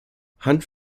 hanf